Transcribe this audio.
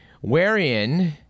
wherein